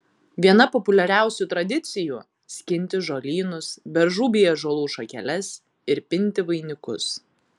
viena populiariausių tradicijų skinti žolynus beržų bei ąžuolų šakeles ir pinti vainikus